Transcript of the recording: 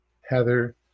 Heather